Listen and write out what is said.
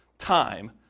time